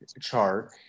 chart